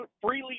freely